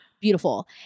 beautiful